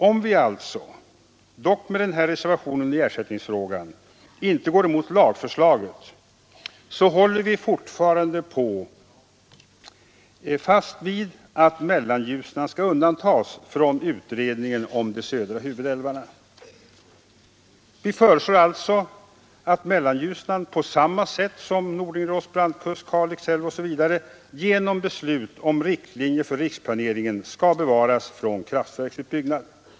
Om vi alltså inte går emot lagförslaget dock med reservationen i ersättningsfrågan — håller vi fortfarande fast vid att Mellanljusnan skall undantas från utredningen om de södra huvudälvarna. Vi föreslår därför att Mellanljusnan på samma sätt som då det gäller Nordingrås brantkust och Kalix älv genom beslut om riktlinjer för riksplaneringen skall bevaras från kraftverksutbyggnad.